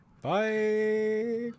Bye